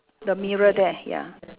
the mirror there ya